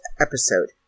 episode